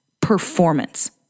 Performance